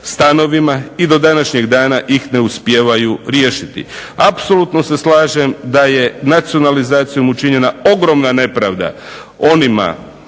i do današnjeg dana ih ne uspijevaju riješiti. Apsolutno se slažem da je nacionalizacijom učinjena ogromna nepravda